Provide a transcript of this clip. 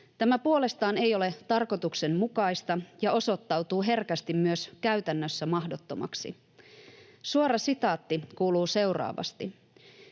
Tämä puolestaan ei ole tarkoituksenmukaista ja osoittautuu herkästi myös käytännössä mahdottomaksi. Suora sitaatti kuuluu seuraavasti: